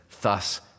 Thus